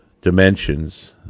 dimensions